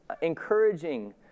encouraging